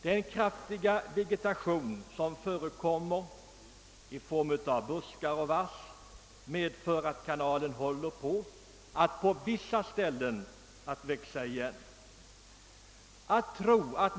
Den kraftiga vegetation som förekommer i form av buskar och vass medför att kanalen på vissa ställen håller på att växa igen.